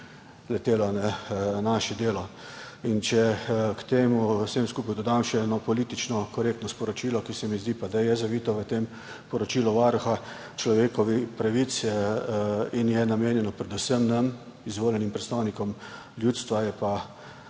letelo na naše delo. In če k temu vsemu skupaj dodam še eno politično korektno sporočilo, ki se mi zdi pa, da je zavito v tem poročilu Varuha človekovih pravic in je namenjeno predvsem nam, izvoljenim predstavnikom ljudstva, je pa